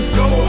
go